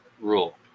rule